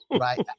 right